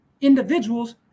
individuals